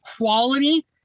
quality